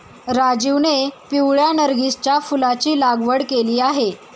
राजीवने पिवळ्या नर्गिसच्या फुलाची लागवड केली आहे